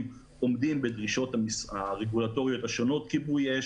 עומדים בדרישות הרגולטוריות השונות כיבוי אש,